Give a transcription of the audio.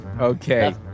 Okay